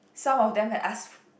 some of them had ask